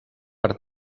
per